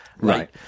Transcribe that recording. right